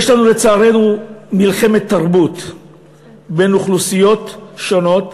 יש לנו, לצערנו, מלחמת תרבות בין אוכלוסיות שונות,